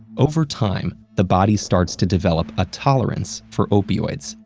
over time, the body starts to develop a tolerance for opioids.